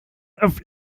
auf